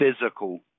physical